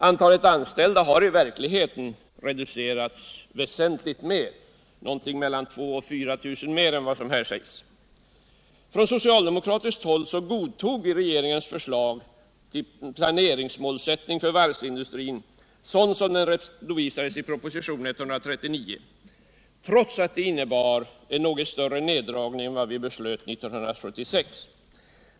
Antalet anställda har i verkligheten reducerats väsentligt mer än vad som här sägs. Det rör sig om ytterligare 2 0004 000 personer. Från socialdemokratiskt håll godtog vi regeringens förslag till planeringsmålsättning för varvsindustrin, sådant som det redovisades i propositionen 139, trots att det innebar en något större neddragning än den som beslöts 1976.